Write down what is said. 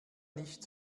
nicht